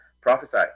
Prophesy